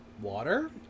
water